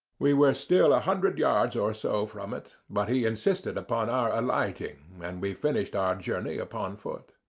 we were still a hundred yards or so from it, but he insisted upon our alighting, and we finished our journey upon foot.